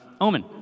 Omen